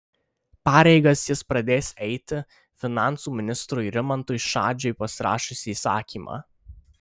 pareigas jis pradės eiti finansų ministrui rimantui šadžiui pasirašius įsakymą